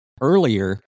earlier